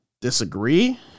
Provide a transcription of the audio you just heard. disagree